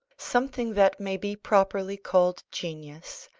something that may be properly called genius,